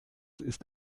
ist